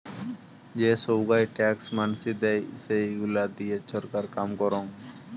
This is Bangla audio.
যে সোগায় ট্যাক্স মানসি দেয়, সেইগুলা দিয়ে ছরকার কাম করং